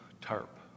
tarp